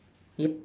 yep